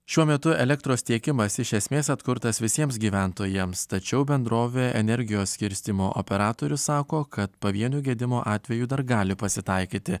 šiuo metu elektros tiekimas iš esmės atkurtas visiems gyventojams tačiau bendrovė energijos skirstymo operatorius sako kad pavienių gedimo atvejų dar gali pasitaikyti